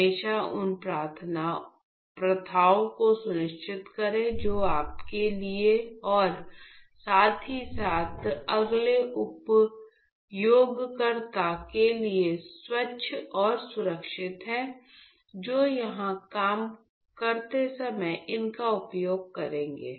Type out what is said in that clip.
हमेशा उन प्रथाओं को सुनिश्चित करें जो आपके लिए और साथ ही साथ अगले उपयोगकर्ता के लिए स्वच्छ और सुरक्षित हैं जो यहां काम करते समय इनका उपयोग करेंगे